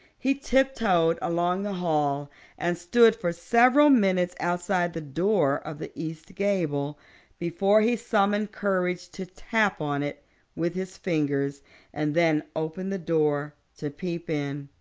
he tiptoed along the hall and stood for several minutes outside the door of the east gable before he summoned courage to tap on it with his fingers and then open the door to peep in.